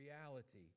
reality